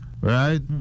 Right